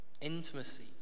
Intimacy